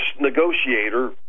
negotiator